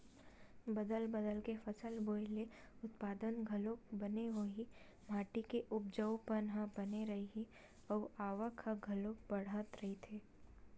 बदल बदल के फसल बोए ले उत्पादन घलोक बने होही, माटी के उपजऊपन ह बने रइही अउ आवक ह घलोक बड़ाथ रहीथे